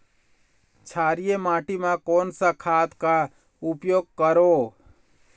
क्षारीय माटी मा कोन सा खाद का उपयोग करों?